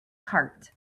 cart